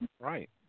Right